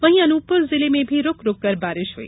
वहीं अनूपपुर जिले में भी रूक रूककर बारिश हुई